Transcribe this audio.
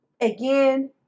Again